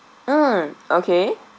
mm okay